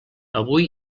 avui